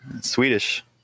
Swedish